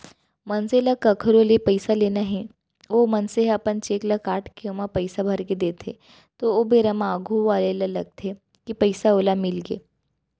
मनसे ल कखरो ले पइसा लेना हे अउ ओ मनसे ह अपन चेक ल काटके ओमा पइसा भरके देथे ओ बेरा म आघू वाले ल लगथे कि पइसा ओला मिलगे